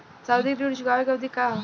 सावधि ऋण चुकावे के अवधि का ह?